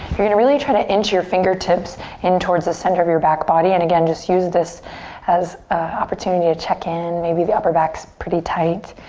you're gonna really try to inch your fingertips in towards the center of your back body and again just use this as a opportunity to check in. maybe the upper back's pretty tight.